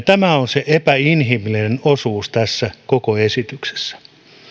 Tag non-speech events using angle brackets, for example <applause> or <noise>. <unintelligible> tämä on se epäinhimillinen osuus tässä koko esityksessä